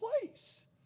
place